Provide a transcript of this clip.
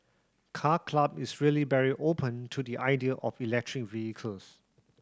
Car Club is really very open to the idea of electric vehicles